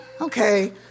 Okay